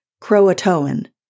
Croatoan